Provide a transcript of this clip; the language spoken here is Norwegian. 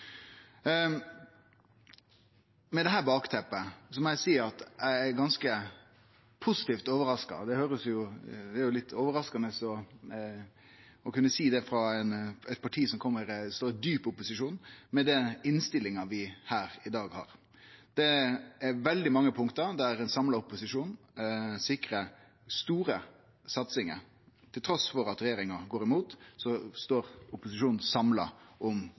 Med dette bakteppet må eg seie at eg er ganske positivt overraska – det er jo litt overraskande å kunne seie det frå eit parti som står i djup opposisjon – over den innstillinga vi har her i dag. Det er veldig mange punkt der ein samla opposisjon sikrar store satsingar. Trass i at regjeringa går imot, står opposisjonen samla om